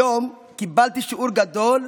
היום קיבלתי שיעור גדול,